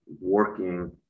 working